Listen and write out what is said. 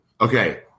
okay